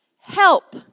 Help